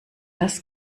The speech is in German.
das